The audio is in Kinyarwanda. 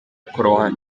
korowani